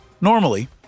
normally